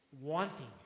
wanting